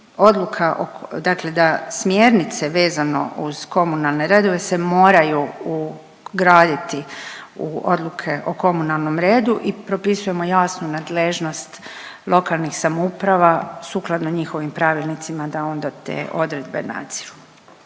odluka o, dakle da smjernice vezano uz komunalne redove se moraju ugraditi u odluke o komunalnom redu i propisujemo jasnu nadležnost lokalnih samouprava sukladno njihovim pravilnicima da onda te odredbe nadziru.